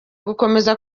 gukomeza